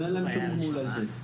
ואין להן שום גמול על זה.